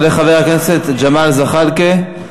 יעלה חבר הכנסת ג'מאל זחאלקה, ואחריו,